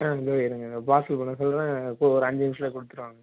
ஆ தோ இருங்க தோ பார்சல் பண்ண சொல்கிறேன் இப்போது ஒரு அஞ்சு நிமிஷத்தில் கொடுத்துருவாங்க